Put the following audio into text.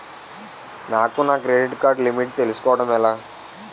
నాకు నా credit card limit తెలుసుకోవడం ఎలా?